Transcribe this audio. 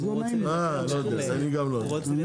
איזה יתרון זה נותן לכם?